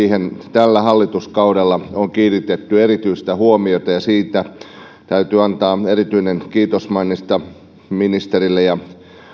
tällä hallituskaudella on kiinnitetty erityistä huomiota ja siitä täytyy antaa erityinen kiitosmaininta ministerille ja